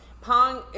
Pong